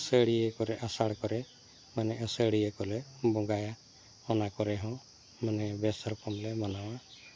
ᱟᱹᱥᱟᱹᱲᱤᱭᱟᱹ ᱠᱚᱨᱮ ᱟᱥᱟᱲ ᱠᱚᱨᱮ ᱢᱟᱱᱮ ᱟᱹᱥᱟᱹᱲᱤᱭᱟᱹ ᱠᱚᱞᱮ ᱵᱚᱸᱜᱟᱭᱟ ᱚᱱᱟ ᱠᱚᱨᱮᱦᱚᱸ ᱢᱟᱱᱮ ᱵᱮᱥ ᱨᱚᱠᱚᱢ ᱞᱮ ᱢᱟᱱᱟᱣᱟ